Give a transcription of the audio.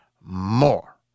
more